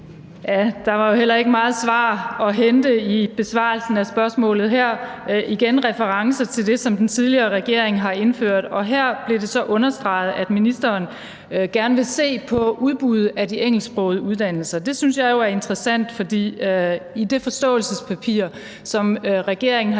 Der var jo heller ikke meget svar at hente i besvarelsen af spørgsmålet her. Der var igen en reference til det, som den tidligere regering har indført. Her blev det så understreget, at ministeren gerne vil se på udbuddet af de engelsksprogede uddannelser. Det synes jeg jo er interessant, for i det forståelsespapir, som regeringen har lavet